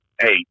Hey